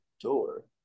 door